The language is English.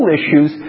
issues